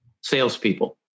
salespeople